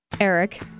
Eric